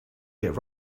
get